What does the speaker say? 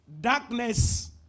Darkness